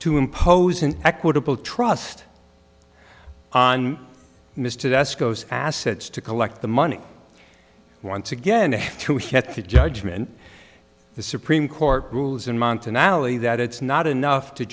to impose an equitable trust on mr that's goes assets to collect the money once again the judgment the supreme court rules in mountain alley that it's not enough to